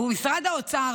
משרד האוצר,